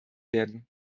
werden